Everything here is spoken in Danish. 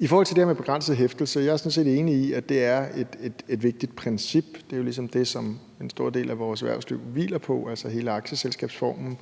det her med begrænset hæftelse er jeg sådan set enig i, at det er et vigtigt princip. Det er ligesom det, som en stor del af vores erhvervsliv hviler på, altså hele aktieselskabsformen.